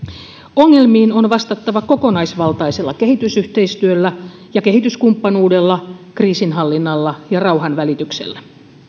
ongelmiin on vastattava kokonaisvaltaisella kehitysyhteistyöllä ja kehityskumppanuudella kriisinhallinnalla ja rauhanvälityksellä